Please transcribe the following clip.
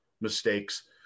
mistakes